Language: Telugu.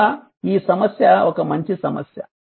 కనుక ఈ సమస్య ఒక మంచి సమస్య